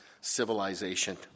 civilization